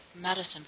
medicine